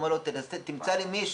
הוא אמר לו שימצא לו מישהו.